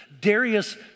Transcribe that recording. Darius